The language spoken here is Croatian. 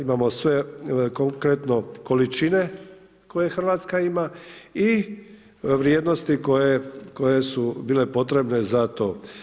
Imamo sve konkretno količine koje Hrvatska ima i vrijednosti koje su bile potrebne za to.